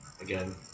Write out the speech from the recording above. again